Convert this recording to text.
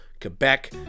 Quebec